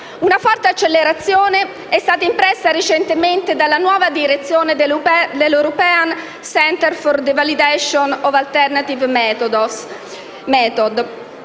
Una forte accelerazione è stata impressa recentemente dalla nuova direzione dello European center for the validation of alternative methods,